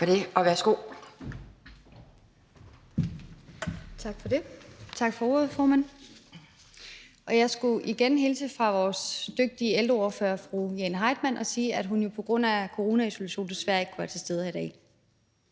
Tak for det, og så